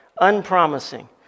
unpromising